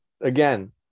again